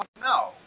No